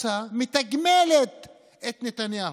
ומתגמלת את נתניהו,